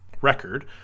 record